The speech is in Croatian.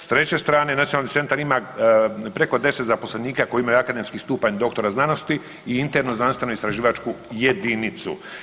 S treće strane, nacionalni centar ima preko 10 zaposlenika koji imaju akademski stupanj doktora znanosti i internu znanstveno istraživačku jedinicu.